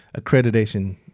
accreditation